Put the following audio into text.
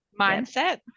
mindset